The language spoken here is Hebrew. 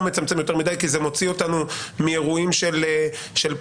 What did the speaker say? מצמצם יותר מדי כי זה מוציא אותנו מאירועים של פרוטקשן